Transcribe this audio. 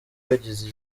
wagize